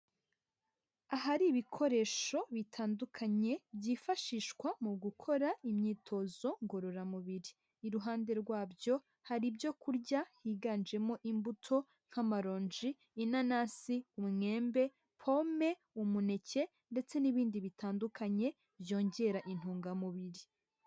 Ahari ibikoresho bitandukanye byifashishwa mu gukora imyitozo ngororamubiri, iruhande rwabyo hari ibyo kurya higanjemo imbuto nk'amaronji, inanasi, umwembe, pome, umuneke, ndetse n'ibindi bitandukanye byongera intungamubiri.